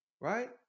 right